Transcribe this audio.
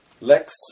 Lex